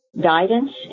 Guidance